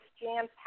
jam-packed